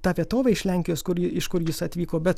tą vietovę iš lenkijos kur iš kur jis atvyko bet